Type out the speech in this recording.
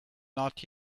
not